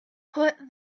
put